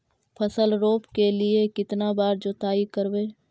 फसल रोप के लिय कितना बार जोतई करबय?